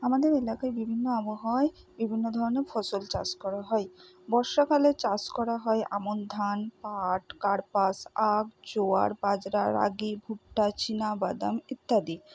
আমাদের এলাকার বিভিন্ন আবহাওয়ায় বিভিন্ন ধরণের ফসল চাষ করা হয় বর্ষাকালে চাষ করা হয় আমন ধান পাট কার্পাস আখ জোয়ার বাজরা রাগি ভুট্টা চীনা বাদাম ইত্যাদি